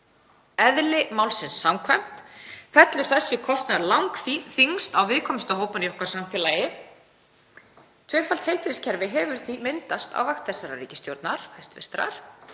Eðli málsins samkvæmt fellur þessi kostnaður langþyngst á viðkvæmustu hópana í okkar samfélagi. Tvöfalt heilbrigðiskerfi hefur því myndast á vakt þessarar ríkisstjórnar. Ekkert